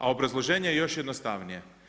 A obrazloženje je još jednostavnije.